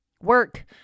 work